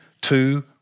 two